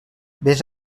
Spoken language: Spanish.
ves